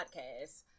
podcast